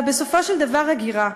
ובסופו של דבר הגירה.